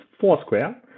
Foursquare